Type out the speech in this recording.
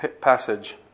Passage